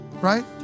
right